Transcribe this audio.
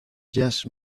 jazz